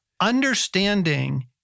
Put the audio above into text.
understanding